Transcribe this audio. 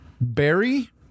Barry